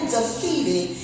defeated